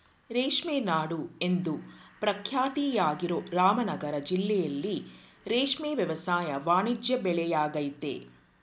ರೇಷ್ಮೆ ನಾಡು ಎಂದು ಪ್ರಖ್ಯಾತಿಯಾಗಿರೋ ರಾಮನಗರ ಜಿಲ್ಲೆಲಿ ರೇಷ್ಮೆ ವ್ಯವಸಾಯ ವಾಣಿಜ್ಯ ಬೆಳೆಯಾಗಯ್ತೆ